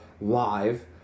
live